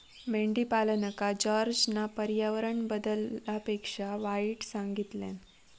मेंढीपालनका जॉर्जना पर्यावरण बदलापेक्षा वाईट सांगितल्यान